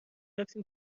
رفتیم